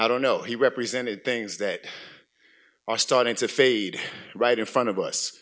i don't know he represented things that are starting to fade right in front of us